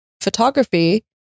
photography